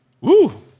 Woo